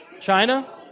China